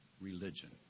religion